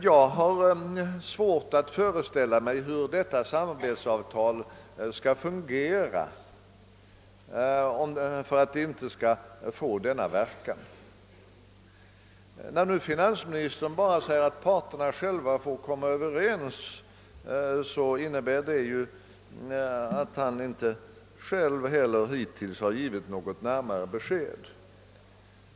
Jag har svårt att föreställa mig hur detta samarbetsavtal skall fungera om det inte skall få en sådan verkan. När nu finansministern bara framhåller att parterna själva får komma överens, så innebär det ju att han inte själv ger något närmare besked på den punkten.